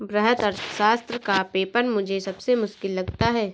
वृहत अर्थशास्त्र का पेपर मुझे सबसे मुश्किल लगता है